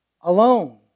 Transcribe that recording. alone